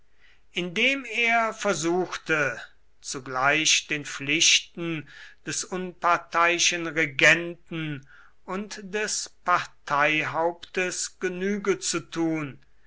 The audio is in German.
indem er versuchte zugleich den pflichten des unparteiischen regenten und des parteihauptes genüge zu tun